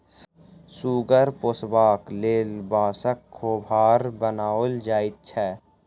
सुगर पोसबाक लेल बाँसक खोभार बनाओल जाइत छै